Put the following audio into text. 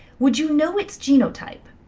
would you know its genotype?